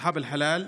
אסחאב אל-חלאל,